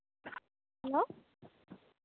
hello